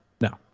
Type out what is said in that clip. No